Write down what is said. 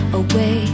away